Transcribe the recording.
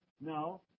No